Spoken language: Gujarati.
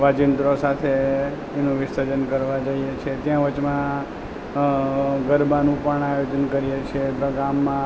વાજિંત્રો સાથે એનું વિસર્જન કરવા જઈએ છીએ ત્યાં વચમાં ગરબાનું પણ આયોજન કરીએ છીએ ગામમાં